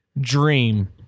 dream